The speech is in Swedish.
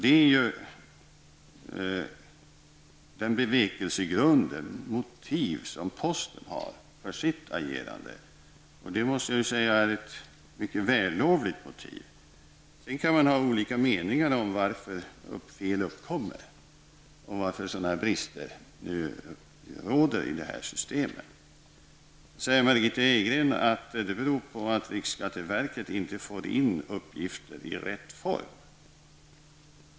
Det är det motiv som posten har för sitt agerande. Det måste jag säga är ett mycket vällovligt motiv. Sedan kan man ha olika meningar om varför fel uppkommer och varför brister råder i systemet. Margitta Edgren säger att det beror på att riksskatteverket inte får in uppgifter i rätt form.